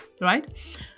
right